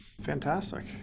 Fantastic